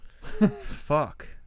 Fuck